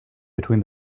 between